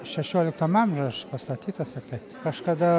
šešioliktam amžiuj pastatytas tiktai kažkada